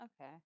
Okay